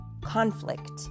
conflict